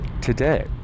today